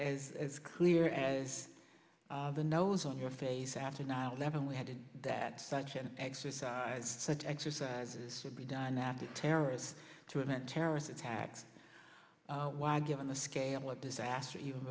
as as clear as the nose on your face after nine eleven we had to do that such an exercise such exercises should be done after terrorists to invent terrorist attacks why given the scale of disaster even